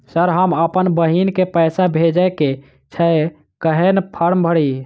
Sir हम अप्पन बहिन केँ पैसा भेजय केँ छै कहैन फार्म भरीय?